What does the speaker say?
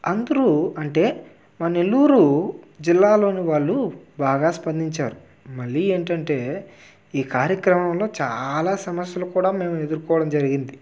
అందురూ అంటే మా నెల్లూరు జిల్లాలోని వాళ్ళు బాగా స్పందించారు మళ్ళీ ఏంటంటే ఈ కార్యక్రమంలో చాలా సమస్యలు కూడా మేము ఎదుర్కోవడం జరిగింది